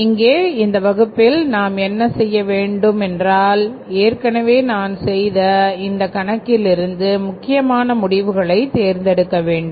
இங்கே இந்த வகுப்பில் நாம் என்ன செய்ய வேண்டும் என்றால் ஏற்கனவே நான் செய்த இந்த கணக்கில் இருந்து முக்கியமான முடிவுகளை தேர்ந்தெடுக்க வேண்டும்